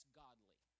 godly